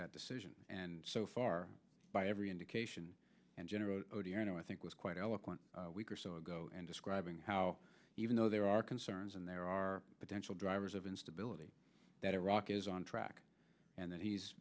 that decision and so far by every indication and general odierno i think was quite eloquent week or so ago and describing how even though there are concerns and there are potential drivers of instability that iraq is on track and that he's